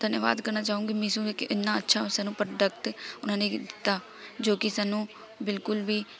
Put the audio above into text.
ਧੰਨਵਾਦ ਕਰਨਾ ਚਾਹੁੰਗੀ ਮੇਸ਼ੋ ਦਾ ਕਿ ਇੰਨਾਂ ਅੱਛਾ ਉਹ ਸਾਨੂੰ ਪ੍ਰੋਡਕਟ ਉਹਨਾਂ ਨੇ ਦਿੱਤਾ ਜੋ ਕਿ ਸਾਨੂੰ ਬਿਲਕੁਲ ਵੀ